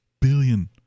billion